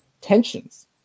tensions